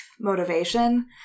motivation